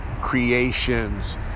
creations